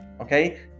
okay